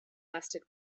lasted